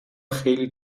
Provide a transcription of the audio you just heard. خیلی